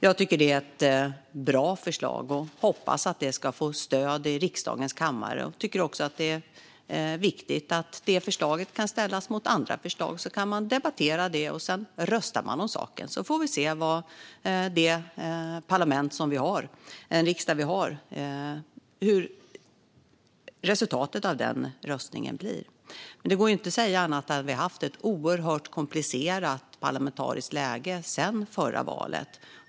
Jag tycker att det är ett bra förslag och hoppas att det ska få stöd i riksdagens kammare. Jag tycker också att det är viktigt att förslaget kan ställas mot andra förslag så att man kan debattera dem och sedan rösta om saken. Då får vi se resultatet av en sådan omröstning i den riksdag vi har. Det går dock inte att säga annat än att vi har haft ett oerhört komplicerat parlamentariskt läge sedan förra valet.